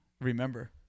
remember